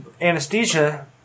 anesthesia